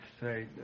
say